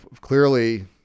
clearly